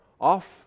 off